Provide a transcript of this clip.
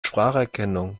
spracherkennung